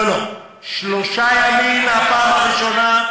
לא לא, שלושה ימים מהפעם הראשונה.